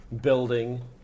building